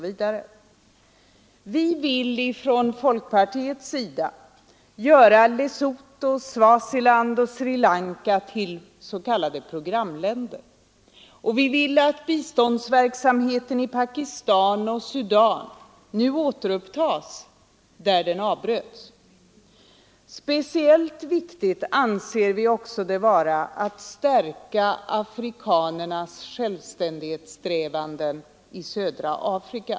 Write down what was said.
Vi vill från folkpartiets sida göra Lesotho, Swaziland och Sri Lanka till s.k. programländer, och vi vill att biståndsverksamheten i Pakistan och Sudan nu återupptas där den avbröts. Speciellt viktigt anser vi det också vara att stärka afrikanernas självständighetssträvanden i södra Afrika.